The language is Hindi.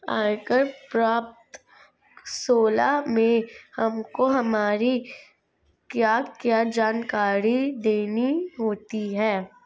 आयकर प्रपत्र सोलह में हमको हमारी क्या क्या जानकारी देनी होती है?